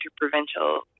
interprovincial